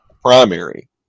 primary